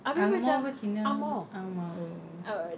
angmoh ke cina angmoh oh